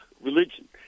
religion